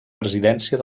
presidència